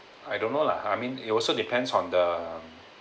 I don't know lah I mean it also depends on the